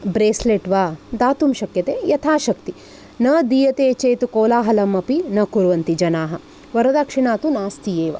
bracelet वा दातुं शक्यते यथाशक्ति न दीयते चेत् कोलाहलमपि न कुर्वन्ति जनाः वरदक्षिणा तु नास्त्येव